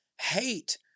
hate